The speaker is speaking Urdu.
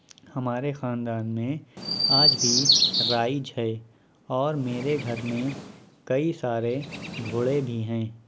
ہمارے خاندان میں آج بھی رائج ہے اور میرے گھر میں کئی سارے گھوڑے بھی ہیں